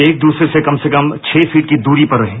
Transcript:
एक दूसरे से कम से कम छह फीट की दूरी पर रहें